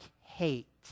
hate